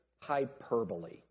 hyperbole